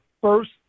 first